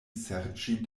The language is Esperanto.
serĉi